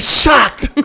shocked